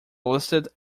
listed